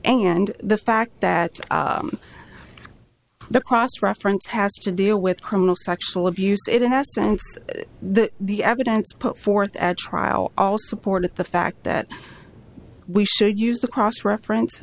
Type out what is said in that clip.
and the fact that the cross reference has to deal with criminal sexual abuse it has and the the evidence put forth at trial also supported the fact that we should use the cross reference